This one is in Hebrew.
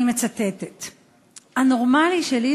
"ה'נורמלי' שלי,